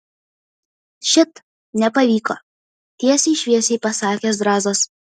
šit nepavyko tiesiai šviesiai pasakė zrazas